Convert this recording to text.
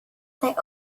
they